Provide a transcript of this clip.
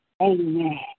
amen